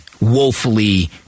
woefully